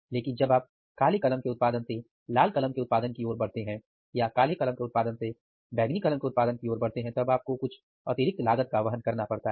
लेकिन जब आप काले कलम के उत्पादन से लाल कलम के उत्पादन की ओर बढ़ते हैं या काले कलम के उत्पादन से बैगनी कलम के उत्पादन की ओर बढ़ते हैं तब आपको कुछ अतिरिक्त लागत का वहन करना पड़ता है